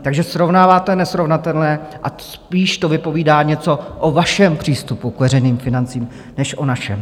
Takže srovnáváte nesrovnatelné a spíš to vypovídá něco o vašem přístupu k veřejným financím než o našem.